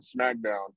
SmackDown